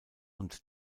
und